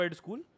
school